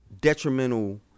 detrimental